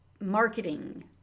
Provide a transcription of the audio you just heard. marketing